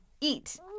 eat